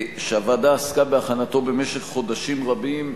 שהוועדה עסקה בהכנתו במשך חודשים רבים,